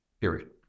period